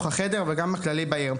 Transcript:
גם פה בתוך החדר וגם באופן כללי בעיר.